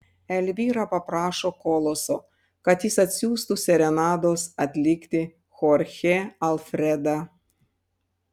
elvyra paprašo koloso kad jis atsiųstų serenados atlikti chorchę alfredą